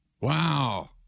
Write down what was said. Wow